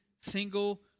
single